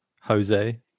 Jose